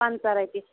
پنٛژاہ رۄپیہِ